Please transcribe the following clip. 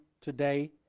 today